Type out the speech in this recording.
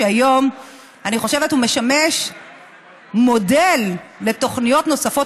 שאני חושבת שהיום הוא משמש מודל לתוכניות נוספות,